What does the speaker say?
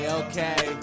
okay